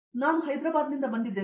ಸುಜಿತ್ ನಾನು ಹೈದರಾಬಾದ್ನಿಂದ ಬಂದಿದ್ದೇನೆ